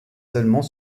seulement